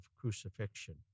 crucifixion